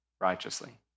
righteously